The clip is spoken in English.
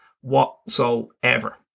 whatsoever